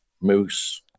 moose